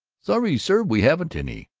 sorry, sir, we haven't any.